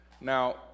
Now